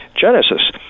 Genesis